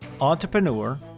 entrepreneur